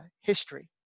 history